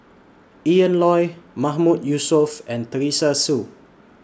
Ian Loy Mahmood Yusof and Teresa Hsu